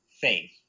faith